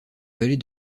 vallée